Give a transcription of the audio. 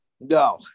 No